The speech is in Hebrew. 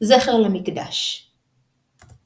מקצת מהמנהגים שהם זכר לחורבן